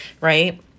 right